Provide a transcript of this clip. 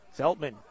Zeltman